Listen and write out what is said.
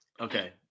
Okay